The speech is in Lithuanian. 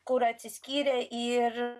kur atsiskyrė ir